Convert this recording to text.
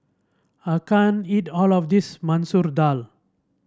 I can't eat all of this Masoor Dal